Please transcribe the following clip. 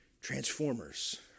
Transformers